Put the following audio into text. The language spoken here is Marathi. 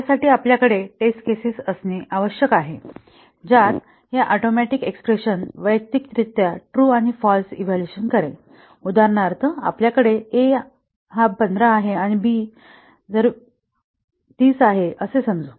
यासाठी आपल्याकडे टेस्ट केसेस असणे आवश्यक आहे ज्यात या ऍटोमिक एक्स्प्रेशन वैयक्तिकरित्या ट्रू आणि फाल्स इव्हॅल्युएशन करेल उदाहरणार्थ आपल्याकडे a बरोबर 15 आणि b बरोबर 30 आहे असे समजू